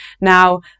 now